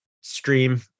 stream